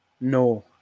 No